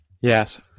Yes